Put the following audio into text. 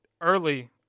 early